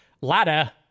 ladder